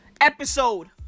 Episode